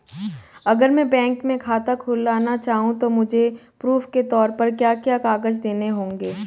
अगर मैं बैंक में खाता खुलाना चाहूं तो मुझे प्रूफ़ के तौर पर क्या क्या कागज़ देने होंगे?